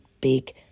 big